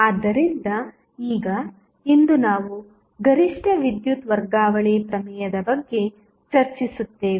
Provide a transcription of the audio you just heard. ಆದ್ದರಿಂದ ಈಗ ಇಂದು ನಾವು ಗರಿಷ್ಠ ವಿದ್ಯುತ್ ವರ್ಗಾವಣೆ ಪ್ರಮೇಯದ ಬಗ್ಗೆ ಚರ್ಚಿಸುತ್ತೇವೆ